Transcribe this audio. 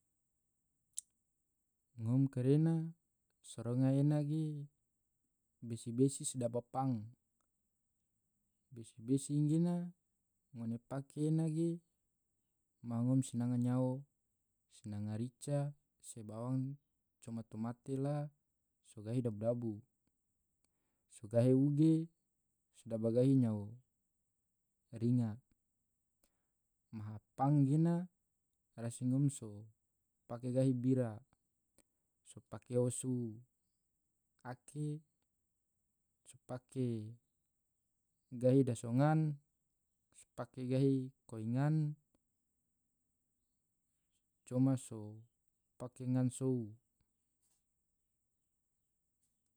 ngom karena so ronga ena ge besi-besi sedaba pang, besi-besi gena ngone pake ene gena maha ngom sinanga nyao, sinanga rica se bawang coma tomate la so gahi dabu-dabu, so gahi uge, sedaba gahi nyao ringa, maha pang angena rasi ngom so pake gahi bira, so pake osu ake, so pake gahi daso ngan, so pake gahi koi ngan, coma so pake ngan sou.